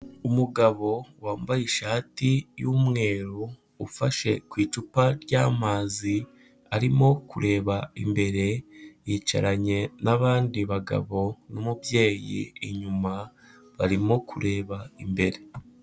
Umugabo wambaye ishati y'umweru, ufashe ku icupa ry'amazi, arimo kureba imbere, yicaranye n'abandi bagabo n'umubyeyi inyuma, barimo kureba imbere.